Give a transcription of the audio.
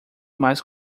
mais